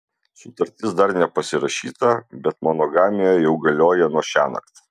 sutartis dar nepasirašyta bet monogamija jau galioja nuo šiąnakt